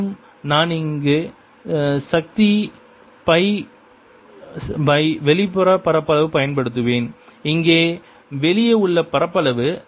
மேலும் நான் இங்கு சக்தி பை வெளி பரப்பளவு பயன்படுத்துவேன் இங்கே வெளியே உள்ள பரப்பளவு